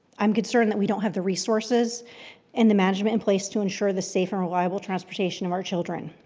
i'm concerned that we don't have the resources and the management in place to ensure the safe and reliable transportation of our children.